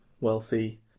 wealthy